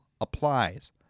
applies